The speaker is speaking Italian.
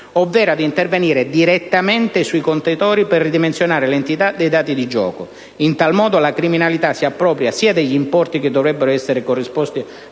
ovvero ad intervenire direttamente sui contatori per ridimensionare l'entità dei dati di gioco. In tal modo la criminalità si appropria sia degli importi che dovrebbero essere corrisposti